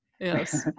Yes